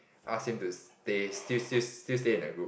ask him to stay still still still stay in that group